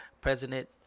President